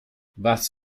was